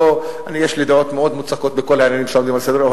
יש לי דעות מאוד מוצקות בכל העניינים שעומדים על סדר-היום.